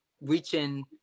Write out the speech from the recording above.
reaching